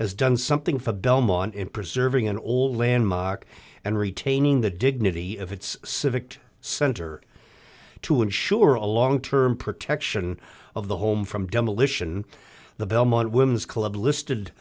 club as done something for belmont in preserving an old landmark and retaining the dignity of its civic center to ensure a long term protection of the home from demolition the belmont women's club listed